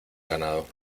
ganado